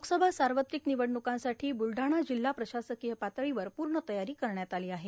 लोकसभा सावत्रिक ानवडणुकांसाठी बुलडाणा जिल्हा प्रशासकीय पातळीवर पूण तयारी कर ण्यात आलो आहे